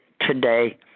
today